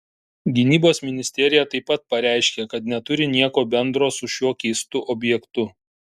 gynybos ministerija taip pat pareiškė kad neturi nieko bendro su šiuo keistu objektu